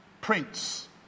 Prince